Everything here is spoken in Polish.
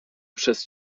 przez